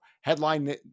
headline